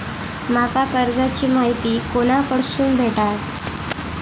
माका कर्जाची माहिती कोणाकडसून भेटात?